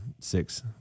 six